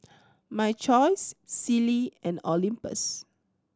My Choice Sealy and Olympus